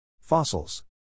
Fossils